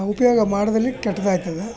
ಉಪಯೋಗ ಮಾಡೋದರಲ್ಲಿ ಕೆಟ್ಟದಾಗ್ತದೆ